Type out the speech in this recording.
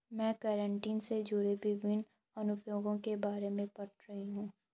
मैं केराटिन से जुड़े विभिन्न अनुप्रयोगों के बारे में पढ़ रही हूं